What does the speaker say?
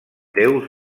deus